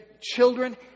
Children